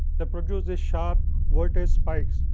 that produces sharp voltage spikes,